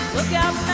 Lookout